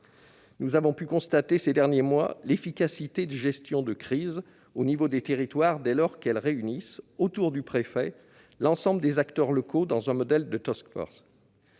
Nous avons pu constater ces derniers mois l'efficacité des gestions de crise dans les territoires dès lors qu'elles réunissent, autour du préfet, l'ensemble des acteurs locaux selon un modèle de. Le